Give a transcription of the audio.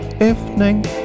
evening